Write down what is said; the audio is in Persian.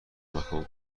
مکان